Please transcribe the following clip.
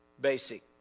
basic